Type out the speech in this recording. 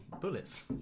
bullets